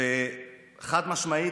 חד-משמעית,